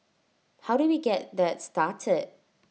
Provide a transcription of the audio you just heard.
how do we get that started